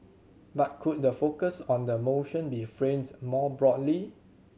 but could the focus on the motion be framed more broadly